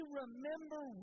remember